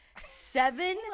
Seven